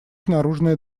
наружная